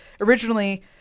originally